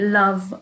love